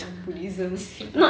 spin off